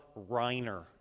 Reiner